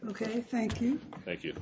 ok thank you thank you